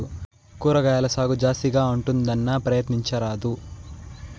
కూరగాయల సాగు జాస్తిగా ఉంటుందన్నా, ప్రయత్నించరాదూ